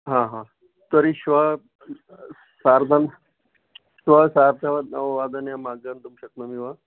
हा हा तर्हि श्वः सार्धं श्वः सार्धनववादने अहमागन्तुं शक्नोमि वा